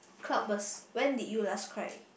clockwise when did you last cried